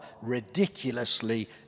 ridiculously